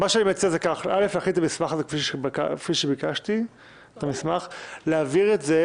בבקשה תכינו את המסמך כפי שביקשתי, להעביר את זה